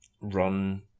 run